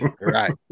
Right